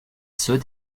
ceux